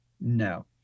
no